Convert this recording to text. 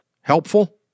Helpful